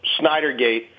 Snydergate